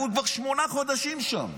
והוא כבר שמונה חודשים שם,